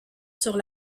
sur